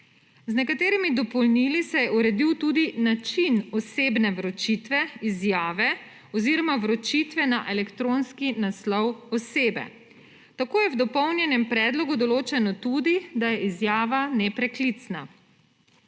Z nekaterimi dopolnili se je uredil tudi način osebne vročitve izjave oziroma vročitve na elektronski naslov osebe. Tako je v dopolnjenem predlogu določeno tudi, da je izjava nepreklicna.